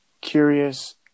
curious